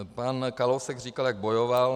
Pan Kalousek říkal, jak bojoval.